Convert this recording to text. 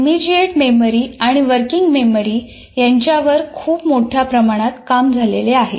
immediate memory आणि working memory यांच्यावर खूप मोठ्या प्रमाणात काम झालेले आहे